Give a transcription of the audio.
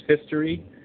history